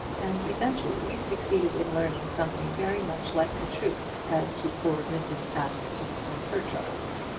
and eventually succeeded in learning something very much like the truth as to poor mrs. askerton and her troubles.